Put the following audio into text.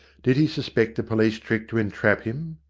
did he suspect a police trick to entrap him?